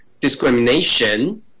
discrimination